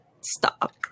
stop